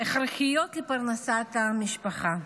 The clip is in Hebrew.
הכרחיות לפרנסת המשפחה.